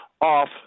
off